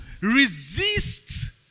resist